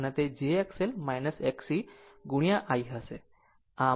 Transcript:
તે j XL Xc into I હશે